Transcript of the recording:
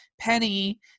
Penny